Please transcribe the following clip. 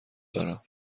دارم